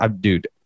Dude